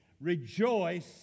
Rejoice